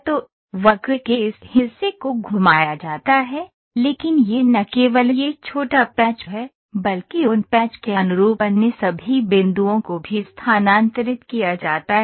तो वक्र के इस हिस्से को घुमाया जाता है लेकिन यह न केवल यह छोटा पैच है बल्कि उन पैच के अनुरूप अन्य सभी बिंदुओं को भी स्थानांतरित किया जाता है